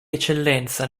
eccellenza